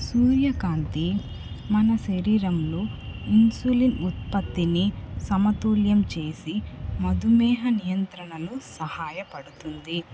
సూర్యకాంతి మన శరీరంలో ఇన్సులిన్ ఉత్పత్తిని సమతుల్యం చేసి మధుమేహ నియంత్రణకు సహాయపడుతుంది